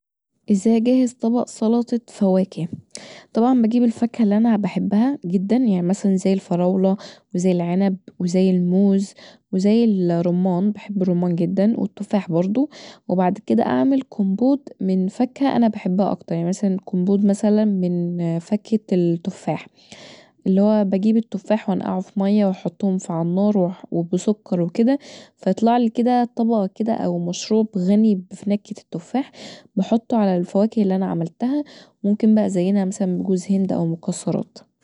ازاي اجهز طبق سلطة فواكه طبعا بجيب الفاكهه اللي انا بحبهاط جدا يعني مثلا زي الفراولة وزي العنب وزي الموز وزي الرمان بحب الرمان جدا والتفاح برضو وبعد كدا اعمل كومبوت من فاكهه انا بحبها اكتر يعني مثلا كومبوت من مثلافاكهه التفاح اللي هو بجيب التفاح انقعه في مبه واحطه علي النار وبسكر وكدا تطلعلي كدا طبق كدا او مشروبغني بنكهة التفاحبحطه علي الفواكه اللي انا عملتهاوممكن بقي ازينها مثلا بجوز هند او مكسرات